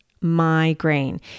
migraine